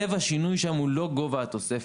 לב השינוי שם הוא לא גובה התוספת.